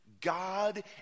God